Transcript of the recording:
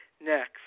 next